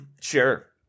sure